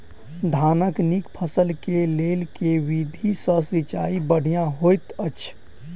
धानक नीक फसल केँ लेल केँ विधि सँ सिंचाई बढ़िया होइत अछि?